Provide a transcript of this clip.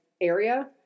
area